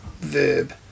Verb